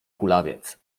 kulawiec